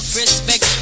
respect